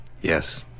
Yes